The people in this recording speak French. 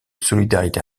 solidarité